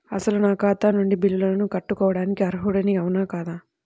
అసలు నా ఖాతా నుండి బిల్లులను కట్టుకోవటానికి అర్హుడని అవునా కాదా?